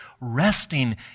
resting